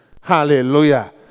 Hallelujah